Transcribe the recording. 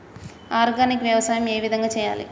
Organic వ్యవసాయం ఏ విధంగా చేయాలి?